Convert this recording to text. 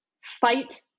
fight